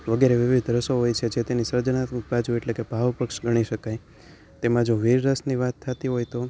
વગેરે વિવિધ રસો હોય છે જે તેની સર્જનાત્મક બાજુ એટલે કે ભાવ પક્ષ ગણી શકાય તેમાં જો વીરરસની વાત થતી હોય તો